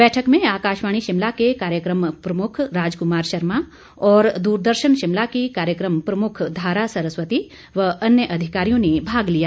बैठक में आकाशवाणी शिमला के कार्यक्रम प्रमुख राजकुमार शर्मा और दूरदर्शन शिमला की कार्यक्रम प्रमुख धारा सरस्वती व अन्य अधिकारियों ने भाग लिया